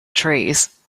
trees